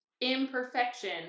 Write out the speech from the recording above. imperfection